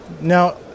Now